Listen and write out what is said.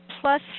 plus